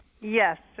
Yes